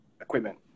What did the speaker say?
equipment